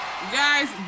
Guys